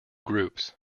groups